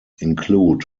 include